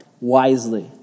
Wisely